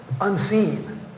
unseen